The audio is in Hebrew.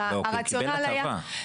לא, כי הוא קיבל הטבה.